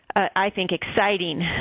i think exciting